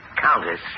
Countess